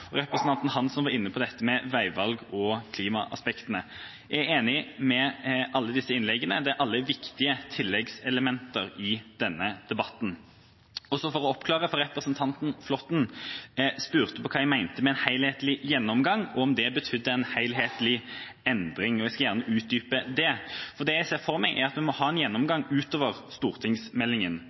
og representanten Hansson var inne på dette med veivalg og klimaaspekt. Jeg er enig i det som ble sagt i alle disse innleggene. De er alle viktige tilleggselementer i denne debatten. For å oppklare for representanten Flåtten, som spurte hva jeg mente med en helhetlig gjennomgang, og om det betydde en helhetlig endring. Jeg skal gjerne utdype det. Det jeg ser for meg, er at vi må ha en gjennomgang utover stortingsmeldingen.